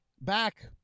back